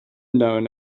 known